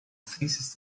thesis